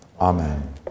Amen